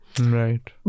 Right